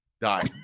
die